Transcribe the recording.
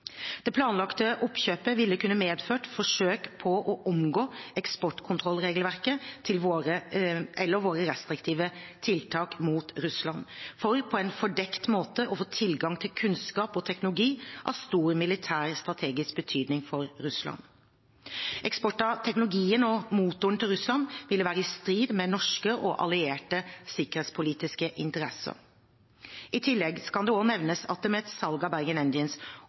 Det planlagte oppkjøpet ville kunne medført forsøk på å omgå eksportkontrollregelverket eller våre restriktive tiltak mot Russland, for på en fordekt måte å få tilgang til kunnskap og teknologi av stor militær strategisk betydning for Russland. Eksport av teknologien og motorene til Russland ville være i strid med norske og allierte sikkerhetspolitiske interesser. I tillegg kan det også nevnes at det med et salg av Bergen